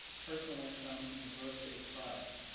personal income, and gross state product.